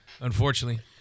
Unfortunately